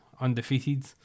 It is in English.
undefeated